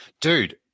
Dude